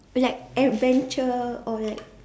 like adventure or like